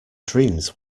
dreams